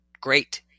great